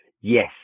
yes